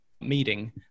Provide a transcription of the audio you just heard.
meeting